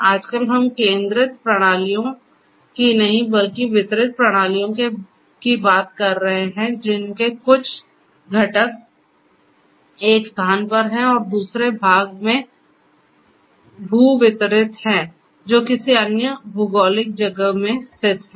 आजकल हम केंद्रीकृत प्रणालियों की नहीं बल्कि वितरित प्रणालियों की बात कर रहे हैं जिनके कुछ स्घटक एक स्थान पर हैं और दूसरे भाग भू वितरित हैं जो किसी अन्य भौगोलिक जगह में स्थित हैं